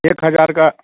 एक हज़ार का